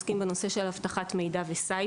לאפשר פנייה בצורות נוספות ל-105.